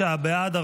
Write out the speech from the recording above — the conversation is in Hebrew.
בעד,